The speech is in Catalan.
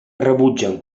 rebutgen